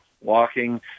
walking